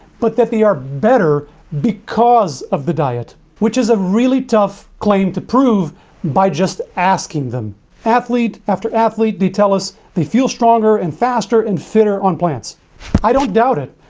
but that they are better because of the diet which is a really tough claim to prove by just asking them athlete after athlete they tell us they feel stronger and faster and thinner on plants i don't doubt it,